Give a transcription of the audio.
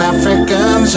African